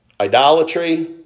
Idolatry